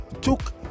took